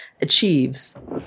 achieves